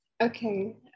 Okay